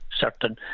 certain